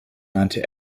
nannte